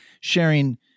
sharing –